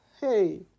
Hey